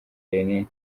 irene